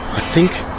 i think